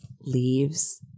leaves